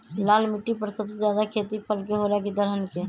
लाल मिट्टी पर सबसे ज्यादा खेती फल के होला की दलहन के?